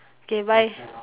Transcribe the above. K bye